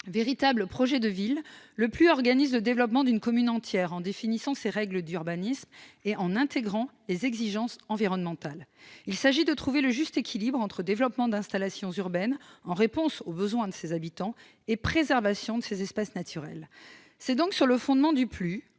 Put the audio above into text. Véritable projet de ville, le PLU organise le développement d'une commune entière, en définissant ses règles d'urbanisme et en intégrant les exigences environnementales. Il s'agit de trouver le juste équilibre entre développement d'installations urbaines, en réponse aux besoins des habitants, et préservation des espaces naturels. C'est donc sur le fondement du PLU